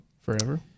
Forever